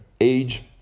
age